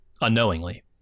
unknowingly